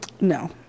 No